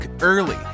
early